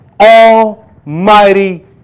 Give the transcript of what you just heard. almighty